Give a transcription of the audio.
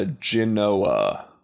Genoa